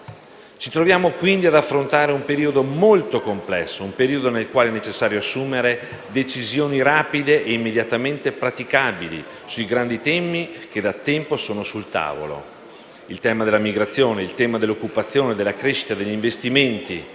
Ci troviamo quindi ad affrontare un periodo molto complesso, un periodo nel quale è necessario assumere decisioni rapide e immediatamente praticabili sui grandi temi che da tempo sono sul tavolo: il tema della migrazione, il tema dell'occupazione, della crescita, degli investimenti